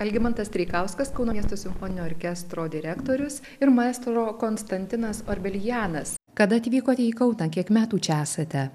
algimantas treikauskas kauno miesto simfoninio orkestro direktorius ir maestro konstantinas orbelianas kada atvykote į kauną kiek metų čia esate